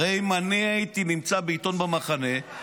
הרי אם אני הייתי נמצא בעיתון במחנה,